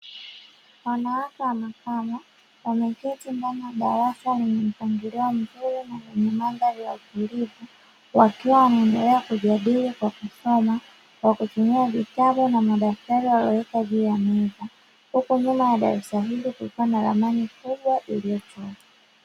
Wanawake wa makamo, wameketi ndani ya darasa lenye mpangilio mzuri na lenye mandhari ya utulivu, wakiwa wanaendelea kujadili kwa kusoma kwa kutumia vitabu na madaftari yaliyowekwa juu ya meza. Huku nyuma ya darasa hilo kukiwa na ramani kubwa iliyochorwa.